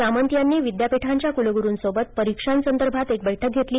सामंत यांनी विद्यापीठांच्या कुलगुरुसोबत परीक्षासंदर्भात एक बैठक घेतली